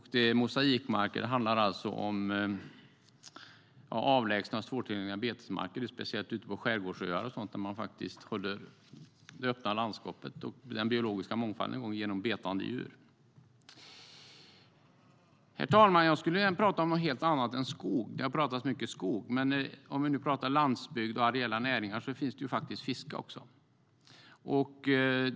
Mosaikmarker handlar alltså om avlägsna svårtillgängliga betesmarker speciellt på skärgårdsöar där man håller landskapet öppet och värnar den biologiska mångfalden genom betande djur. Herr talman! Här har pratats mycket om skog, men jag tänker prata om någonting helt annat, nämligen fiske.